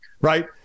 right